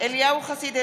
אליהו חסיד,